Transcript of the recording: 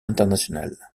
internationales